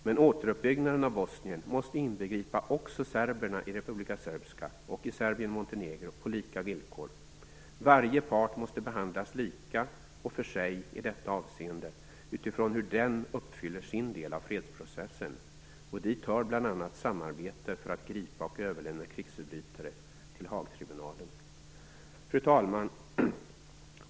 Men återuppbyggnaden av Bosnien måste inbegripa också serberna i Republika Srbska och i Serbien-Montenegro på lika villkor. Varje part måste behandlas lika och för sig i detta avseende, utifrån hur den uppfyller sin del av fredsprocessen. Dit hör bl.a. samarbete för att gripa och överlämna krigsförbrytare till Haagtribunalen. Fru talman!